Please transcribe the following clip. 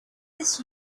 this